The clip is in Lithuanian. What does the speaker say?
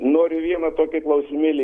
noriu vieną tokį klausimėlį